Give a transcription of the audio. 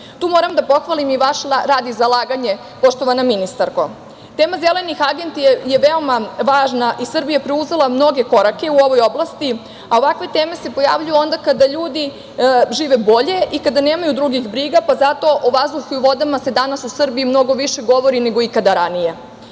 Tu moram da pohvalim i vaš rad i zalaganje, poštovana ministarko. Tema Zelene agende je veoma važna i Srbija je preuzela mnoge korake u ovoj oblasti, a ovakve teme se pojavljuju onda kada ljudi žive bolje i kada nemaju drugih briga, pa zato o vazduhu i o vodama se danas u Srbiji mnogo više govori nego ikada ranije.O